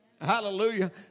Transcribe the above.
Hallelujah